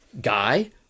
guy